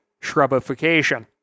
shrubification